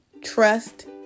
Trust